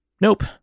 Nope